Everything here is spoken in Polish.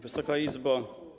Wysoka Izbo!